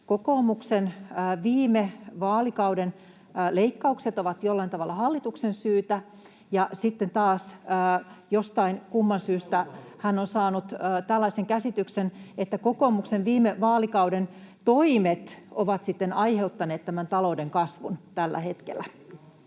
kokoomuksen viime vaalikauden leikkaukset ovat jollain tavalla hallituksen syytä, ja sitten taas jostain kumman syystä hän on saanut tällaisen käsityksen, että kokoomuksen viime vaalikauden toimet ovat aiheuttaneet tämän talouden kasvun tällä hetkellä.